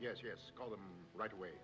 yes yes call them right away